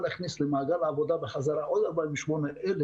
להכניס למעגל העבודה חזרה עוד 48,000